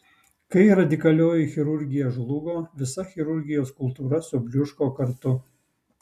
kai radikalioji chirurgija žlugo visa chirurgijos kultūra subliūško kartu